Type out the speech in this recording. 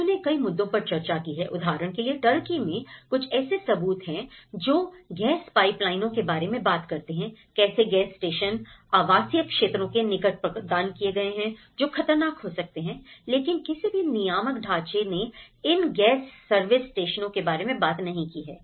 उन्होंने कई मुद्दों पर चर्चा की है उदाहरण के लिए टर्की में कुछ ऐसे सबूत हैं जो गैस पाइपलाइनों के बारे में बात करते हैं कैसे गैस स्टेशन आवासीय क्षेत्रों के निकट प्रदान किए गए हैं जो खतरनाक हो सकते हैं लेकिन किसी भी नियामक ढांचे ने इन गैस सर्विस स्टेशनों के बारे में बात नहीं की है